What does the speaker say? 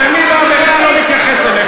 איפה המשילות?